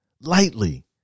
lightly